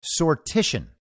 sortition